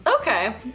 Okay